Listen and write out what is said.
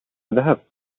ذهبت